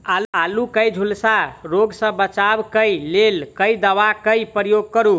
आलु केँ झुलसा रोग सऽ बचाब केँ लेल केँ दवा केँ प्रयोग करू?